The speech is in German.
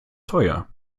teuer